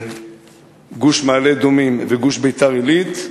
גוש מעלה-אדומים וגוש ביתר-עילית,